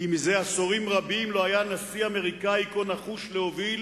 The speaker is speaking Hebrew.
כי זה עשורים רבים לא היה נשיא אמריקני כה נחוש להוביל